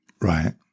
right